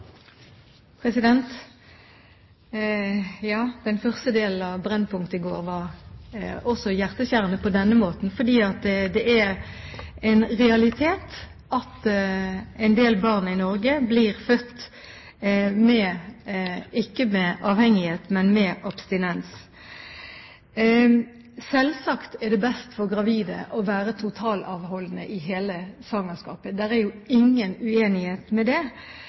Ja, den første delen av Brennpunkt i går var også hjerteskjærende på denne måten, fordi det er en realitet at en del barn i Norge blir født ikke med avhengighet, men med abstinens. Selvsagt er det best for gravide å være totalavholdende i hele svangerskapet – det er jo ingen uenighet om det